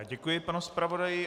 Děkuji panu zpravodaji.